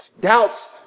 Doubts